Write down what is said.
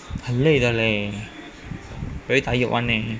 很累的 leh very tired [one] leh